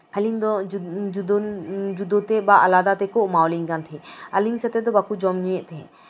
ᱟᱹᱞᱤᱧ ᱫᱚ ᱡᱩᱫᱟᱹᱱ ᱡᱩᱫᱟᱹᱛᱮ ᱵᱟ ᱟᱞᱟᱫᱟ ᱛᱮᱠᱚ ᱮᱢᱟᱣᱟᱞᱤᱧ ᱠᱟᱱ ᱛᱟᱦᱮᱱᱫ ᱟᱹᱞᱤᱧ ᱥᱟᱛᱮᱜ ᱫᱚ ᱵᱟᱠᱚ ᱡᱚᱢ ᱧᱩᱭᱮᱫ ᱛᱟᱦᱮᱸᱫ